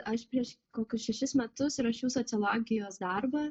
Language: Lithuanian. aš prieš kokius šešis metus rašiau sociologijos darbą